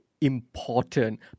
important